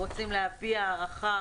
רוצים להביע הערכה,